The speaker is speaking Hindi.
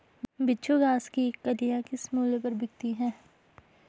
बिच्छू घास की कलियां किस मूल्य पर बिकती हैं?